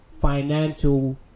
financial